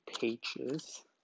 pages